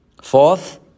Fourth